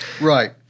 Right